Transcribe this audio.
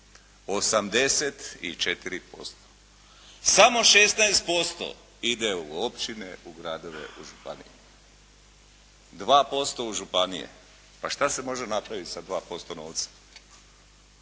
trgu. Samo 16% ide u općine, u gradove, u županije. 2% u županije. Pa šta se može napraviti sa 2% novca.